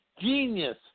genius